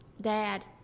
Dad